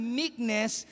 meekness